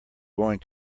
going